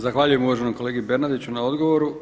Zahvaljujem uvaženom kolegi Bernardiću na odgovoru.